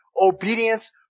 Obedience